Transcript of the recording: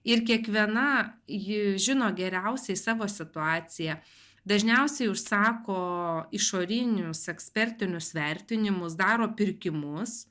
ir kiekviena ji žino geriausiai savo situaciją dažniausiai užsako išorinius ekspertinius vertinimus daro pirkimus